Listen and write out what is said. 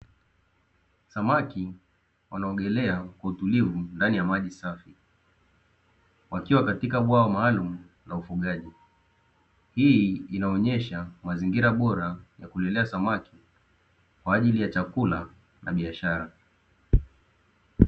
Samaki wanaogelea kwa utulivu ndani ya maji safi, wakiwa katika bwawa maalumu la ufugaji; hii inaonyesha mazingira bora ya kulelea samaki kwa ajili ya chakula na biashara.